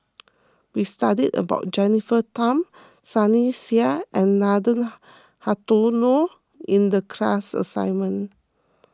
we studied about Jennifer Tham Sunny Sia and Nathan Hartono in the class assignment